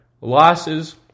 losses